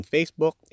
Facebook